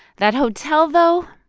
that hotel, though,